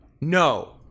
No